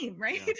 right